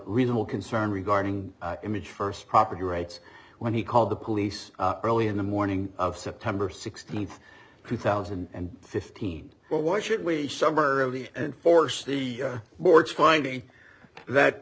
reasonable concern regarding image first property rights when he called the police early in the morning of september sixteenth two thousand and fifteen well why should we suffer and force the board's finding that